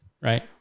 Right